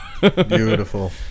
Beautiful